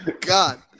God